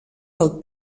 del